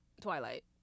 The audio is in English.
Twilight